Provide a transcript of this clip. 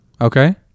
Okay